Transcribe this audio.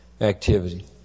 activity